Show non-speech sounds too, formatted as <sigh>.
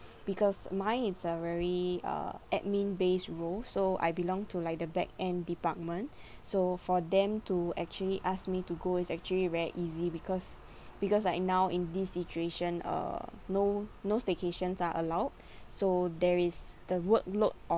because mine it's a very uh admin based role so I belong to like the back-end department <breath> so for them to actually ask me to go is actually very easy because <breath> because like now in this situation err no no staycations are allowed <breath> so there is the workload